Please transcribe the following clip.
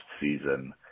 season